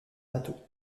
bateau